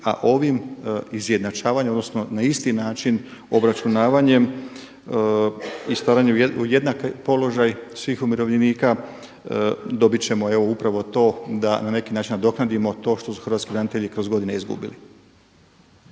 a ovim izjednačavanjem odnosno ne isti način obračunavanjem i stavljanjem u jednak položaj svih umirovljenika dobit ćemo evo upravo to da na neki način nadoknadimo to što su hrvatski branitelji kroz godine izgubili.